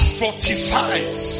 fortifies